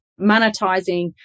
monetizing